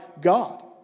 God